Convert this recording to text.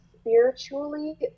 spiritually